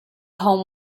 home